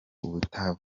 ubutayu